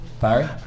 Barry